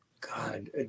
God